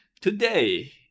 Today